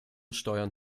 steuern